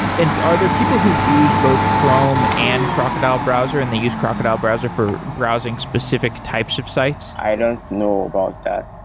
and are there people who use both chrome and crocodile browser and they used crocodile browser for browsing specific types of sites? i don't know about that.